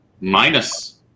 Minus